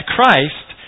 Christ